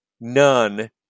none